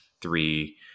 three